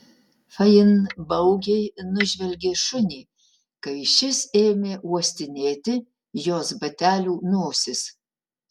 fain baugiai nužvelgė šunį kai šis ėmė uostinėti jos batelių nosis